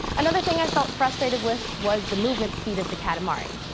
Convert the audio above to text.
another thing i felt frustrated with, was the movement speed of the katamari,